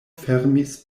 fermis